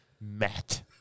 Matt